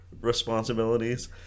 Responsibilities